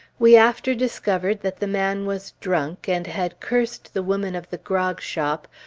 we after discovered that the man was drunk, and had cursed the woman of the grog-shop,